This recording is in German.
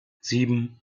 sieben